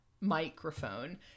microphone